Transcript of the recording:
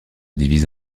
divise